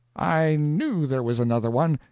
i knew there was another one!